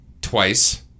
twice